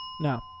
No